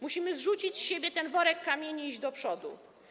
Musimy zrzucić z siebie ten worek kamieni i iść do przodu.